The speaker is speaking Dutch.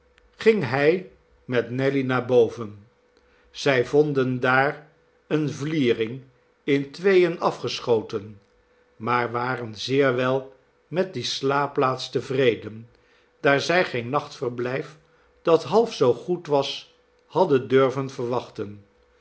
ging hij met nelly naar boven zij vonden daar eene vliering in tweeen afgeschoten maar waren zeer wel met die slaapplaats tevreden daar zij geen nachtverblijf dat half zoo goed was hadden durven verwachten